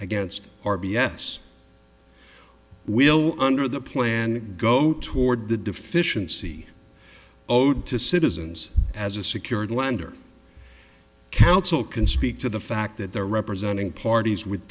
against r b s will under the plan go toward the deficiency owed to citizens as a secured lander counsel can speak to the fact that they're representing parties with